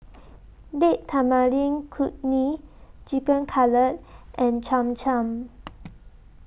Date Tamarind Chutney Chicken Cutlet and Cham Cham